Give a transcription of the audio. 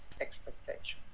expectations